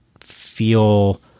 feel